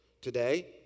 Today